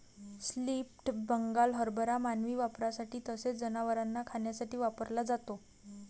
split Bengal हरभरा मानवी वापरासाठी तसेच जनावरांना खाण्यासाठी वापरला जातो